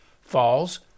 Falls